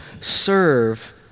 serve